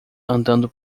andando